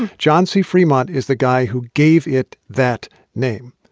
and john c. fremont is the guy who gave it that name.